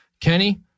Kenny